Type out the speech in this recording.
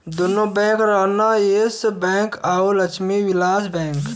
दुन्नो बैंक रहलन yes bank अउर लक्ष्मी विलास बैंक